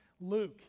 Luke